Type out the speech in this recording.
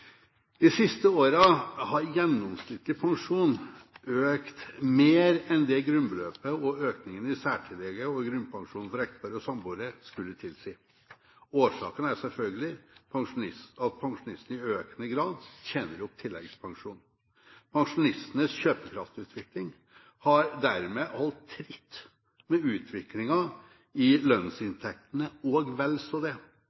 De siste årene har gjennomsnittlig pensjon økt mer enn det grunnbeløpet og økningen i særtillegget og grunnpensjonen for ektepar og samboere skulle tilsi. Årsaken er selvfølgelig at pensjonistene i økende grad tjener opp tilleggspensjon. Pensjonistenes kjøpekraftsutvikling har dermed holdt tritt med utviklingen i lønnsinntektene og vel så det.